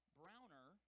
browner